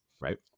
right